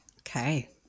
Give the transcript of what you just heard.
Okay